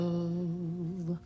Love